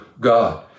God